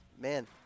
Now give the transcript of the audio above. man